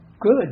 good